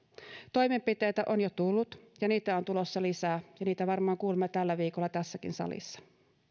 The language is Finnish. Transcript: toimenpiteitä on jo tullut ja niitä on tulossa lisää ja niitä varmaan kuulemme tällä viikolla tässäkin salissa